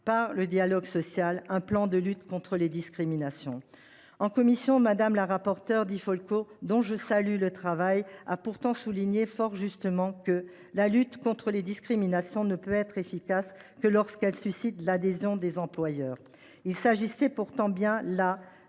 par le dialogue social, un plan de lutte contre les discriminations. En commission, Mme la rapporteure, dont je salue le travail, a pourtant souligné fort justement que « la lutte contre les discriminations ne [pouvait] être efficace que lorsqu’elle suscit[ait] l’adhésion des employeurs ». La proposition de